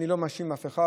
אני לא מאשים אף אחד,